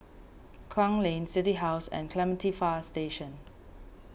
Klang Lane City House and Clementi Fire Station